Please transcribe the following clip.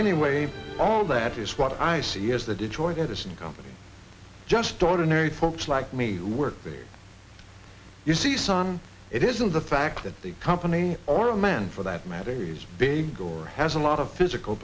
anyway all that is what i see as the detroit edison company just ordinary folks like me who work big you see sun it isn't the fact that the company or a man for that matter is big or has a lot of physical